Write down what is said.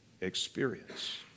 experience